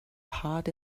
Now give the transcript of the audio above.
part